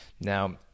Now